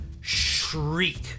shriek